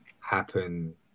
happen